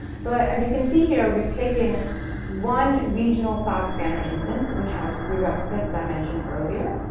so as you can see here, we've taken one regional cloud spanner instance, which has three replicas, as i mentioned earlier.